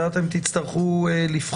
את זה אתם תצטרכו לבחון,